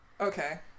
Okay